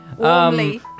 Warmly